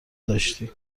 داشتی